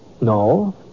No